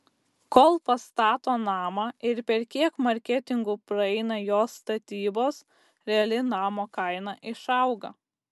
kol pastato namą ir per kiek marketingų praeina jo statybos reali namo kaina išauga